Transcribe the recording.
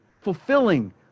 fulfilling